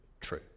true